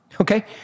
Okay